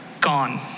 gone